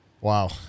Wow